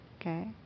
okay